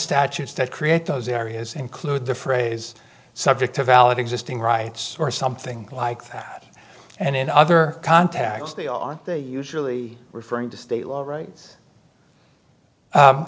statutes that create those areas include the phrase subject to valid existing rights or something like that and in other contacts they aren't they usually referring to state law